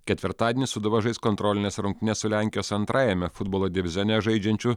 ketvirtadienį sūduva žais kontrolines rungtynes su lenkijos antrajame futbolo divizione žaidžiančiu